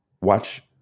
watch